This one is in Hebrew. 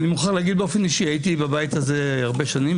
אני מוכרח להגיד באופן אישי: הייתי בבית הזה הרבה שנים,